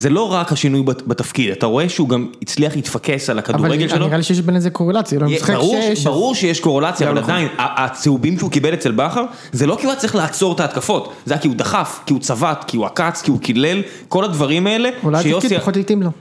זה לא רק השינוי בתפקיד, אתה רואה שהוא גם הצליח להתפקס על הכדורגל שלו. אבל נראה לי שיש בין זה קורלציה, אני לא מצחיק ש... ברור שיש קורלציה, אבל עדיין הצהובים שהוא קיבל אצל בכר, זה לא כי הוא הצליח לעצור את ההתקפות, זה כי הוא דחף, כי הוא צבט, כי הוא עקץ, כי הוא קילל, כל הדברים האלה... אולי זה כי את פחות התאים לו.